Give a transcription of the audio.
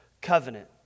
covenant